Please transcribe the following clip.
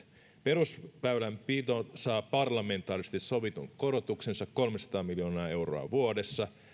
perusväylänpito saa parlamentaarisesti sovitun korotuksensa kolmesataa miljoonaa euroa vuodessa